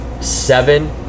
seven